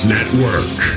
Network